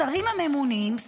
השרים הממונים,